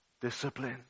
Discipline